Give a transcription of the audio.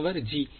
மாணவர் g